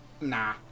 nah